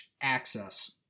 access